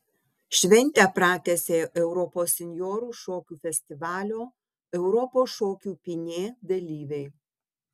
šventę pratęsė europos senjorų šokių festivalio europos šokių pynė dalyviai